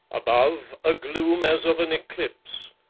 above, a gloom as of an eclipse.